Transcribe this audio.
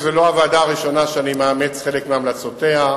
זו לא הוועדה הראשונה שאני מאמץ חלק מהמלצותיה.